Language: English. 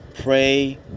Pray